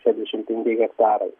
šediašimt penki hektarai